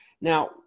Now